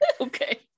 okay